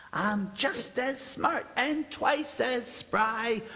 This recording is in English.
i'm just as smart and twice as spry.